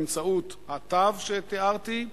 באמצעות התו שתיארתי,